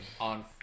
on